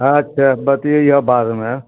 अच्छा बतियइहऽ बाद मे